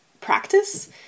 practice